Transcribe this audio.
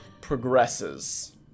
progresses